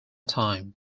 time